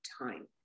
time